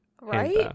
Right